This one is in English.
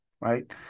right